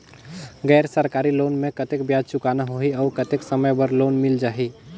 गैर सरकारी लोन मे कतेक ब्याज चुकाना होही और कतेक समय बर लोन मिल जाहि?